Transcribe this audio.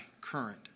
current